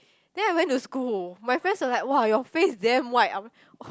then I went to school my friends were like !wah! your face damn white